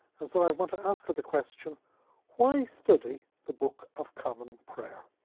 and so i want to ask her the question why study the book of common prayer?